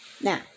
Now